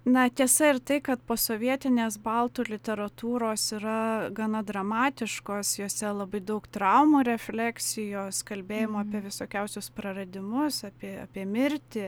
na tiesa ir tai kad posovietinės baltų literatūros yra gana dramatiškos jose labai daug traumų refleksijos kalbėjimo apie visokiausius praradimus apie apie mirtį